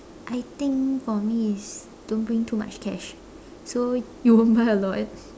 I think for me is don't bring too much cash so you won't buy a lot